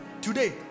Today